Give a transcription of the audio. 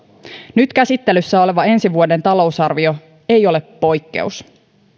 nyt käsittelyssä oleva ensi vuoden talousarvio ei ole poikkeus